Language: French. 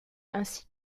ainsi